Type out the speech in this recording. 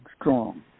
strong